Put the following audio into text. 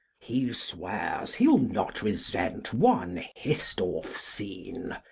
he swears he'll not resent one hissed-off scene,